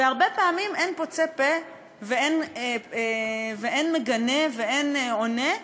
והרבה פעמים אין פוצה פה ואין מגנה ואין עונה,